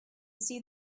see